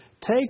Take